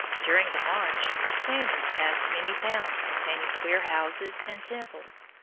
during the march the spaniards passed many towns containing queer houses and temples.